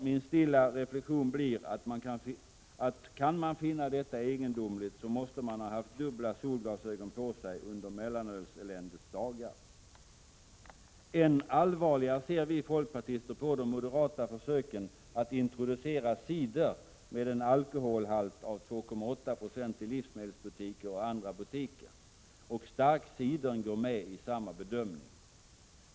Min stilla reflexion blir att kan man finna detta egendomligt, måste man ha haft dubbla solglasögon på sig under mellanölseländets dagar. Änaallvarligare ser vi folkpartister på de moderata försöken att introducera cider med en alkoholhalt av 2,8 20 i livsmedelsbutiker och andra butiker. Och ”starkcidern” går med i samma bedömning.